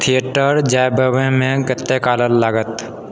theatre जएबामे कते काल लागत